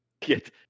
Get